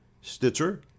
Stitcher